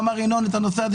כפי שאמר ינון אזולאי,